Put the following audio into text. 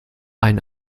ein